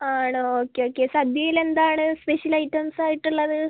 ആണോ okay okay സദ്യയിലെന്താണ് special ഐറ്റംസായിട്ടുള്ളത്